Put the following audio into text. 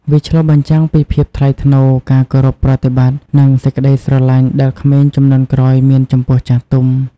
វាឆ្លុះបញ្ចាំងពីភាពថ្លៃថ្នូរ ការគោរពប្រតិបត្តិ និងសេចក្តីស្រឡាញ់ដែលក្មេងជំនាន់ក្រោយមានចំពោះចាស់ទុំ។